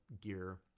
gear